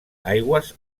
aigües